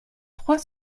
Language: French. trois